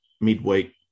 midweek